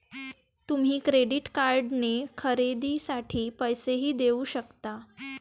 तुम्ही क्रेडिट कार्डने खरेदीसाठी पैसेही देऊ शकता